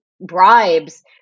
bribes